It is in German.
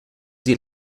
sie